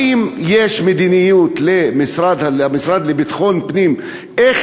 האם יש מדיניות למשרד לביטחון פנים איך